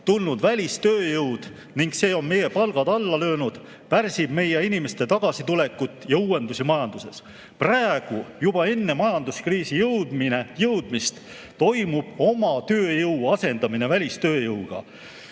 tulnud välistööjõud ning see on meie palgad alla löönud, pärsib meie inimeste tagasitulekut ja uuendusi majanduses. Praegu, juba enne majanduskriisi jõudmist toimub meil omatööjõu asendamine välistööjõuga.